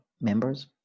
members